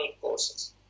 courses